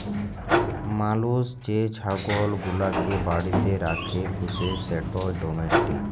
মালুস যে ছাগল গুলাকে বাড়িতে রাখ্যে পুষে সেট ডোমেস্টিক